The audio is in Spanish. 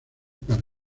para